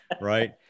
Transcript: Right